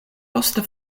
poste